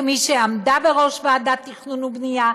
כמי שעמדה בראש ועדת תכנון ובנייה,